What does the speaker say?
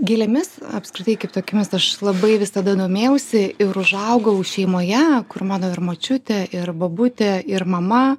gėlėmis apskritai kaip tokiomis aš labai visada domėjausi ir užaugau šeimoje kur mano ir močiutė ir bobutė ir mama